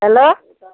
hello